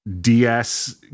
DS